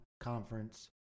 conference